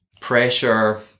pressure